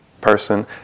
person